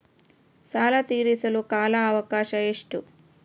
ಸಾಲ ತೇರಿಸಲು ಕಾಲ ಅವಕಾಶ ಎಷ್ಟು?